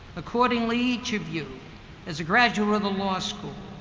accordingly, each of you as a graduate of the law school